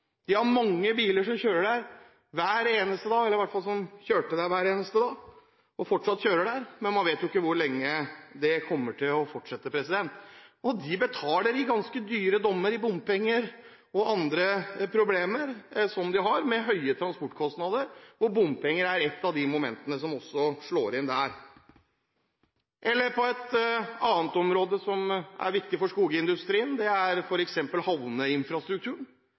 De har mange biler som fortsatt kjører der hver eneste dag, men man vet ikke hvor lenge det vil vare. De betaler bompenger i ganske dyre dommer og har andre problemer som følge av høye transportkostnader. Bompenger er et av de momentene som også slår inn der. Et annet område som er viktig for skogindustrien, er f.eks. havneinfrastrukturen.